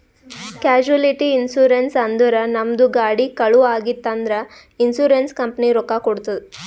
casualty insurance ಅಂದುರ್ ನಮ್ದು ಗಾಡಿ ಕಳು ಆಗಿತ್ತ್ ಅಂದ್ರ ಇನ್ಸೂರೆನ್ಸ್ ಕಂಪನಿ ರೊಕ್ಕಾ ಕೊಡ್ತುದ್